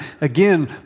Again